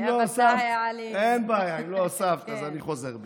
אם לא הוספת, אני חוזר בי.